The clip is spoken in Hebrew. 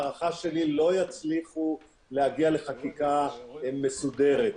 ההערכה שלי היא שלא יצליחו להגיע לחקיקה מסודרת.